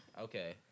okay